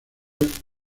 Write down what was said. del